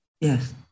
Yes